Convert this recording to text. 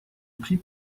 pris